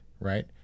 right